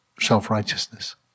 self-righteousness